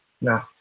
No